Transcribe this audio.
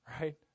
right